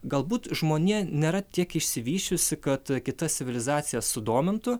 galbūt žmonija nėra tiek išsivysčiusi kad kitas civilizacijas sudomintų